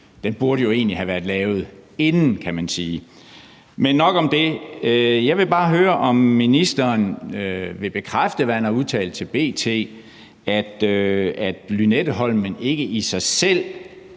den burde jo egentlig have været lavet inden, kan man sige. Nok om det. Jeg vil bare høre, om ministeren vil bekræfte, hvad han har udtalt til B.T., nemlig at Lynetteholmen ikke i sig selv